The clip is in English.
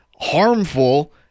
harmful